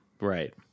right